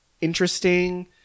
interesting